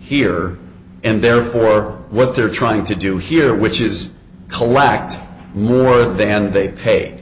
here and therefore what they're trying to do here which is collect more oil than they pay